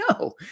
no